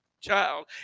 child